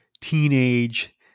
teenage